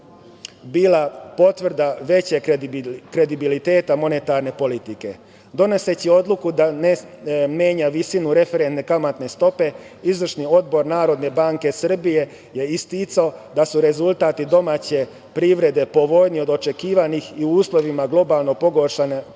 bila potvrda većeg kredibiliteta monetarne politike. Donoseći odluku da ne menja visinu referentne kamatne stope, Izvršni odbor NBS je isticao da su rezultati domaće privrede povoljniji od očekivanih i u uslovima globalno pogoršane